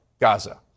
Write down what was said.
Gaza